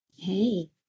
hey